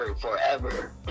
Forever